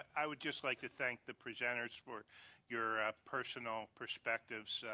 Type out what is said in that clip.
i would just like to thank the presenters for your personal perspectives. yeah